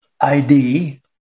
ID